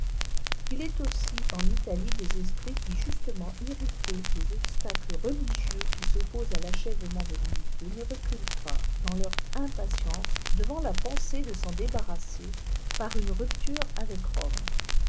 il est aussi en italie des esprits qui justement irrités des obstacles religieux qui s'opposent à l'achèvement de l'unité ne reculent pas dans leur impatience devant la pensée de s'en débarrasser par une rupture avec rome